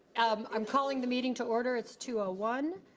um i'm calling the meeting to order. it's two ah one.